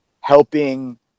helping